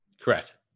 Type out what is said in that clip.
Correct